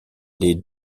les